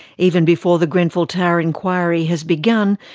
even before the grenfell tower inquiry has begun,